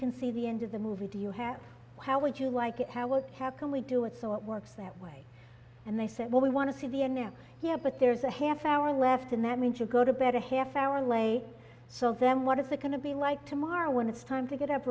can see the end of the movie do you have how would you like it how would happily do it so it works that way and they said well we want to see the n f l yeah but there's a half hour left and that means you go to bed a half hour lay still then what is it going to be like tomorrow when it's time to get up